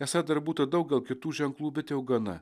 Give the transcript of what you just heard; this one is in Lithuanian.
esą dar būta daugel kitų ženklų bet jau gana